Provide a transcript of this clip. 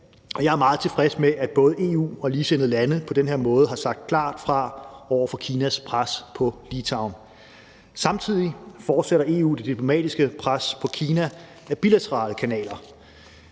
jeg er meget tilfreds med, at både EU og ligesindede lande på den her måde har sagt klart fra over for Kinas pres på Litauen. Samtidig fortsætter EU det diplomatiske pres på Kina ad bilaterale kanaler.